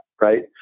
right